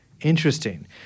Interesting